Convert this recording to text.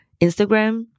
Instagram